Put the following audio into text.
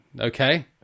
okay